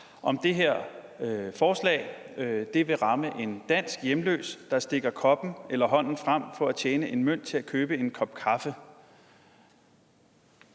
om det her forslag vil ramme en dansk hjemløs, der rækker koppen eller hånden frem for at tjene en mønt til at købe en kop kaffe